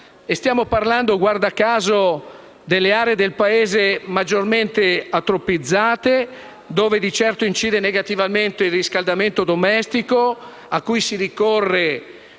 Stiamo parlando - guarda caso - delle aree del Paese maggiormente antropizzate, dove incide maggiormente il riscaldamento domestico, a cui si ricorre